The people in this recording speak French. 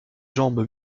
jambes